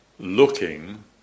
looking